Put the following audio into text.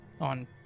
on